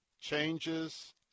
changes